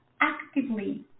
actively